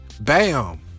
bam